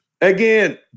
Again